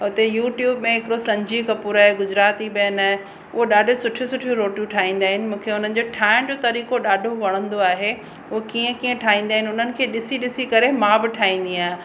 उते यूट्यूब में हिकिड़ो संजीव कपूर आहे गुजराती बैन आहे उहे ॾाढियूं सुठियूं सुठियूं रोटियूं ठाहींदा आहिनि मूंखे उन्हनि जे ठाहिण जो तरीक़ो ॾाढो वणंदो आहे उहे कीअं कीअं ठाहींदा आहिनि हुननि खे ॾिसी ॾिसी करे मां बि ठाहींदी आहियां